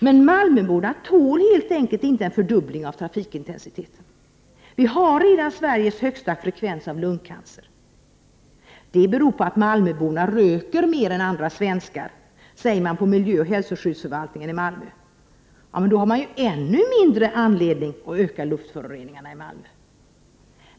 Men malmöborna tål helt enkelt inte en fördubbling av trafikintensiteten. Vi har redan Sveriges högsta frekvens av lungcancer. Det beror på att malmöborna röker mer än andra svenskar, säger man på miljöoch hälsoskyddsförvaltningen i Malmö. Men då har man ju ännu mindre anledning att öka luftföroreningarna i Malmö.